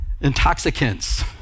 intoxicants